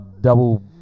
double